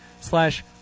slash